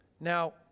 Now